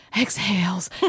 exhales